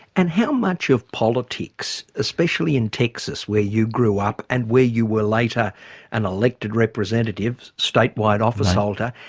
and how much of politics, especially in texas where you grew up and where you were later an elected representative, state-wide office holder,